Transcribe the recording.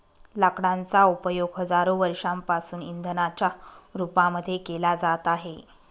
लाकडांचा उपयोग हजारो वर्षांपासून इंधनाच्या रूपामध्ये केला जात आहे